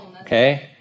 Okay